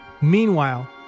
Meanwhile